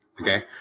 okay